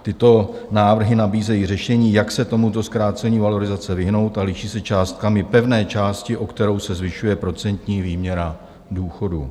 Tyto návrhy nabízejí řešení, jak se tomuto zkrácení valorizace vyhnout, a liší se částkami pevné části, o kterou se z zvyšuje procentní výměra důchodů.